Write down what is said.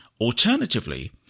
Alternatively